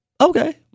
Okay